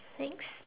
next